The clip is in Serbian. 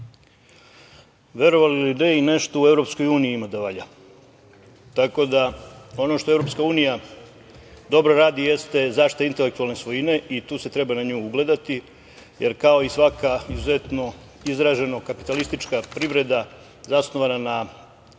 Verovali ili ne, i nešto u EU ima da valja, tako da ono što EU dobro radi jeste zaštita intelektualne svojine i tu se treba na nju ugledati, jer kao i svaka izuzetno izražena kapitalistička privreda, zasnovana na